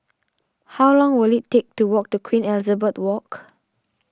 how long will it take to walk to Queen Elizabeth Walk